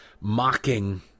mocking